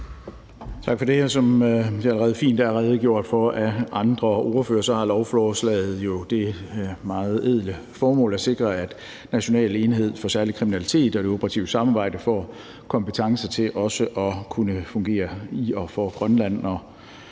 Tak for det. Som der allerede fint er blevet redegjort for af andre ordførere, har lovforslaget jo det meget ædle formål at sikre, at National enhed for Særlig Kriminalitet i forhold til det operative samarbejde får kompetence til også at kunne fungere i og for Grønland,